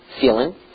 feeling